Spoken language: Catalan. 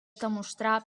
demostrar